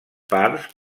parts